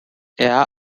air